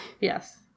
yes